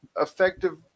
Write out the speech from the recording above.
effective